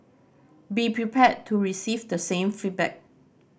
be prepared to receive the same feedback